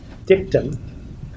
Dictum